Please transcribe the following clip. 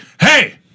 hey